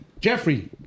Jeffrey